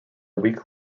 week